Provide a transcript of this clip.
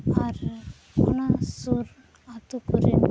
ᱟᱨ ᱚᱱᱟ ᱥᱩᱨ ᱟᱛᱳ ᱠᱚᱨᱮᱱ